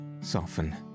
soften